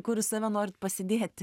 kur jūs save norit pasidėti